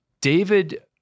David